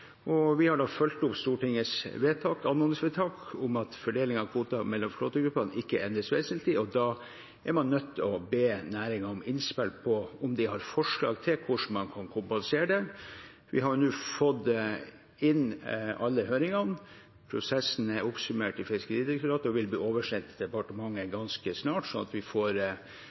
Vi har fulgt opp Stortingets anmodningsvedtak om at fordelingen mellom flåtegruppene ikke endres vesentlig. Da er man nødt til å be næringen om innspill på og høre om de har forslag til hvordan man kan kompensere dem. Vi har nå fått inn alle høringssvarene. Prosessen er oppsummert i Fiskeridirektoratet og vil bli oversendt departementet ganske snart, sånn at vi får